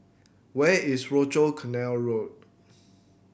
where is Rochor Canal Road